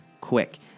quick